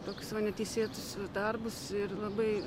tokius va neteisėtus darbus ir labai